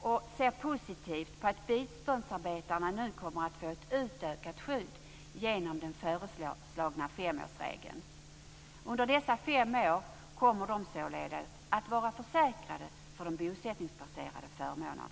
Vi ser positivt på att biståndsarbetarna nu kommer att få ett utökat skydd genom den föreslagna femårsregeln innebärande att de i fortsättningen under fem år kommer att vara försäkrade med bosättningsbaserade förmåner.